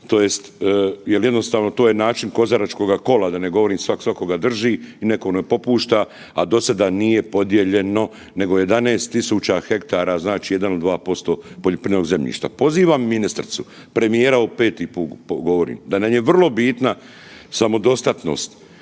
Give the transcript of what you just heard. tj. jel jednostavno to je način kozaračkoga kola, da ne govorim svak svakoga drži i niko ne popušta, a dosada nije podijeljeno nego 11000 hektara, znači 1 il 2% poljoprivrednog zemljišta. Pozivam ministricu, premijera, evo 5. put govorim da nam je vrlo bitna samodostatnost,